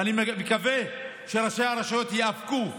ואני מקווה שראשי הרשויות ייאבקו,